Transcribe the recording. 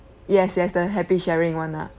yes yes the happy sharing [one] ah